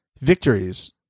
victories